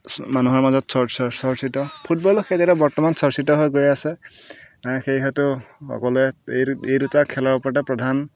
মানুহৰ মাজত চৰ্চিত ফুটবল খেল এটা বৰ্তমান চৰ্চিত হৈ গৈ আছে সেয়ে হয়তো সকলোৱে এই দুটা খেলৰ ওপৰতেই প্ৰধান